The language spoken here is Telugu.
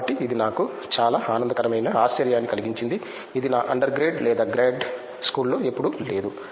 కాబట్టి ఇది నాకు చాలా ఆనందకరమైన ఆశ్చర్యని కలిగించింది ఇది నా అండర్ గ్రేడ్ లేదా గ్రాడ్ స్కూల్లో ఎప్పుడూ లేదు